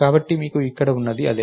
కాబట్టి మీకు ఇక్కడ ఉన్నది అదే